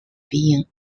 being